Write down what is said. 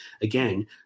Again